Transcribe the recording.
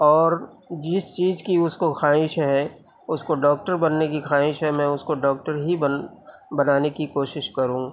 اور جس چیز کی اس کو خواہش ہے اس کو ڈاکٹر بننے کی خواہش ہے میں اس کو ڈاکٹر ہی بن بنانے کی کوشش کروں